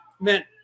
meant